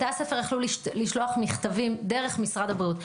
בתי הספר יכלו לשלוח מכתבים דרך משרד הבריאות.